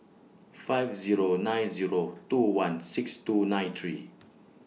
five Zero nine Zero two one six two nine three